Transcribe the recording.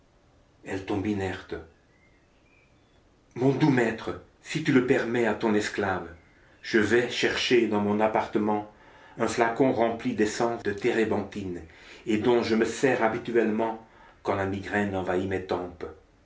retombe inerte mon doux maître si tu le permets à ton esclave je vais chercher dans mon appartement un flacon rempli d'essence de térébenthine et dont je me sers habituellement quand la migraine envahit mes